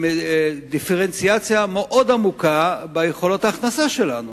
דיפרנציאציה מאוד עמוקה ביכולות ההכנסה שלנו.